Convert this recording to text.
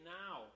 now